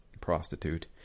prostitute